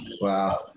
Wow